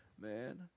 man